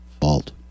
fault